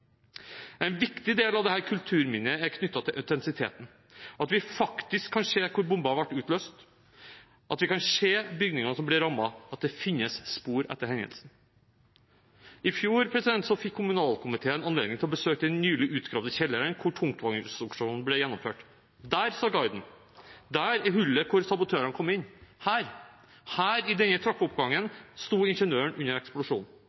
En viktig del av dette kulturminnet er knyttet til autentisiteten, at vi kan se hvor bomben ble utløst, at vi kan se bygningene som ble rammet, at det finnes spor etter hendelsen. I fjor fikk kommunalkomiteen anledning til å besøke den nylig utgravde kjelleren hvor tungtvannsaksjonen ble gjennomført. Der, sa guiden, er hullet hvor sabotørene kom inn. Her, i denne trappeoppgangen, sto ingeniøren under